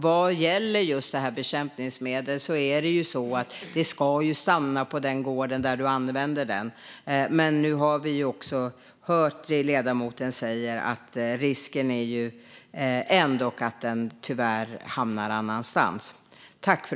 Vad gäller just det här bekämpningsmedlet ska det stanna på den gård där du använder det, men nu har vi hört det ledamoten säger om att risken ändock är att det tyvärr hamnar på andra platser.